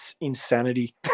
insanity